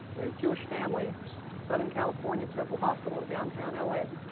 you know jewish family southern california temple hospital in downtown ah la